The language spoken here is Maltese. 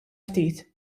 ftit